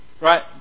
right